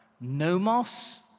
Nomos